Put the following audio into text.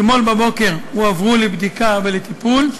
אתמול בבוקר הם הועברו לבדיקה ולטיפול.